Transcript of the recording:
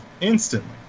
instantly